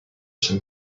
some